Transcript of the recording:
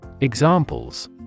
Examples